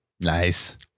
Nice